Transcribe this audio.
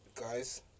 guys